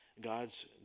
God's